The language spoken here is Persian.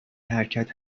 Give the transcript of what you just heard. حرکت